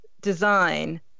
design